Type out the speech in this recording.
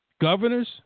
governors